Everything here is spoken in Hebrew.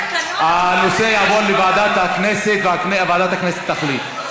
הנושא יעבור לוועדת הכנסת וועדת הכנסת תחליט.